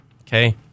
Okay